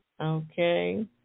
Okay